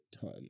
ton